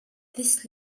this